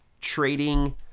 Trading